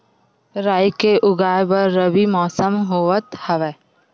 राई के उगाए बर रबी मौसम होवत हवय?